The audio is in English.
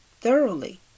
thoroughly